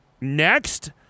Next